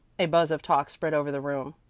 a buzz of talk spread over the room.